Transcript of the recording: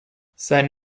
sein